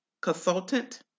consultant